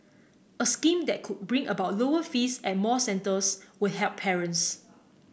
a scheme that could bring about lower fees at more centres would help parents